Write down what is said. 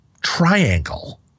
triangle